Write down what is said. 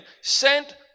sent